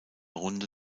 runde